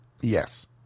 Yes